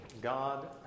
God